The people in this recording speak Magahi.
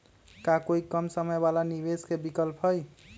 का कोई कम समय वाला निवेस के विकल्प हई?